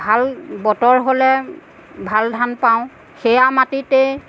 ভাল বতৰ হ'লে ভাল ধান পাওঁ সেয়া মাটিতে